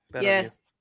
Yes